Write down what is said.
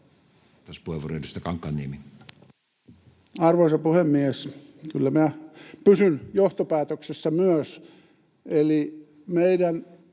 Vastauspuheenvuoro, edustaja Kankaanniemi. Arvoisa puhemies! Kyllä minä myös pysyn johtopäätöksessä, eli meidän